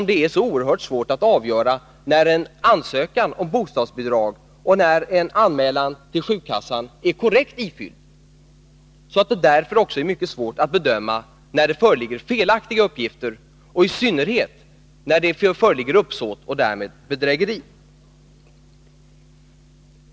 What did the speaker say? Det är nämligen mycket svårt att avgöra när en ansökan om bostadsbidrag eller en anmälan till sjukkassan är korrekt ifylld. Därför är det också mycket svårt att avgöra när det föreligger felaktiga uppgifter och i synnerhet när det föreligger uppsåt och därmed bedrägeri.